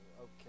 okay